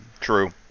True